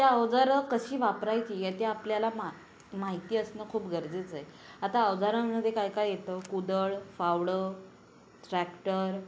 ती अवजारं कशी वापरायची आहे ते आपल्याला मा माहिती असणं खूप गरजेचं आहे आता अवजारांमध्ये काय काय येतं कुदळ फावडं ट्रॅक्टर